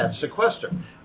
sequester